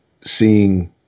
seeing